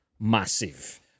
Massive